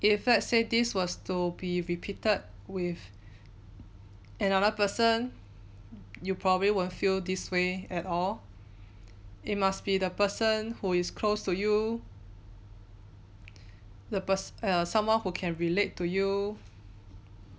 if let's say this was to be repeated with another person you probably won't feel this way at all it must be the person who is close to you the purs~ err someone who can relate to you